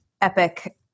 epic